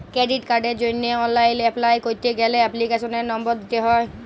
credit কার্ডের জন্হে online apply ক্যরতে গ্যালে এপ্লিকেশনের লম্বর দিত্যে হ্যয়